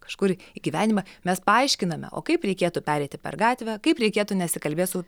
kažkur į gyvenimą mes paaiškiname o kaip reikėtų pereiti per gatvę kaip reikėtų nesikalbėt su